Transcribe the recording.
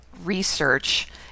research